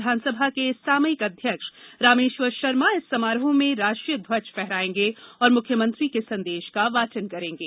विधानसभा के सामयिक अध्यक्ष रामेश्वर शर्मा इस समारोह में राष्ट्रीय ध्वज फहराएंगे तथा मुख्यमंत्री के संदेश का वाचन करेंगे